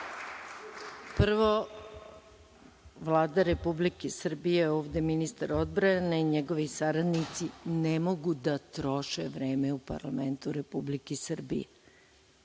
prvo Vlada Republike Srbije, ovde ministar odbrane i njegovi saradnici ne mogu da troše vreme u parlamentu Republike Srbije.